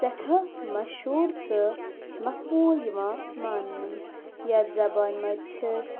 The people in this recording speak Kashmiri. سؠٹھاہ مشہوٗر تہٕ مَقبوٗل یِوان مانٛنہٕ یَتھ زَبانہِ منٛز چھِ أسۍ